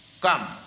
come